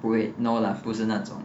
不会 no lah 不是那种